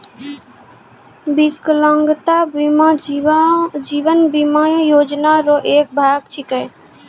बिकलांगता बीमा जीवन बीमा योजना रो एक भाग छिकै